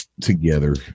together